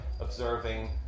observing